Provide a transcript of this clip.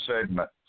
segment